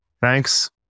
Thanks